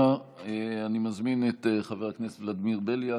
את חבר הכנסת ולדימיר בליאק,